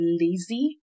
lazy